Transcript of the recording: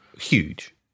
Huge